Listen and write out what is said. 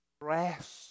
Rest